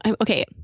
Okay